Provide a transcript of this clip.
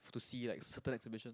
to see like certain exhibitions